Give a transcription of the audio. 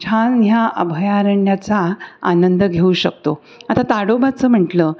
छान ह्या अभयारण्याचा आनंद घेऊ शकतो आता ताडोबाचं म्हटलं